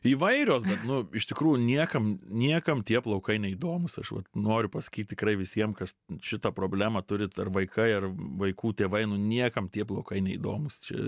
įvairios bet nu iš tikrųjų niekam niekam tie plaukai neįdomūs aš vat noriu pasakyt tikrai visiem kas šitą problemą turit ar vaikai ar vaikų tėvai nu niekam tie blokai neįdomūs čia